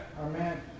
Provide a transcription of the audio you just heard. Amen